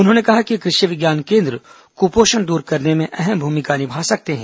उन्होंने कहा कि कृषि विज्ञान केन्द्र कुपोषण दूर करने में अहम भूमिका निभा सकते हैं